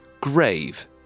grave